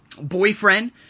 boyfriend